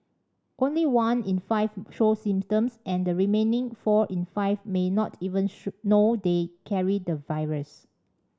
only one in five show symptoms and the remaining four in five may not even show know they carry the virus